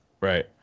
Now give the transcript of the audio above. right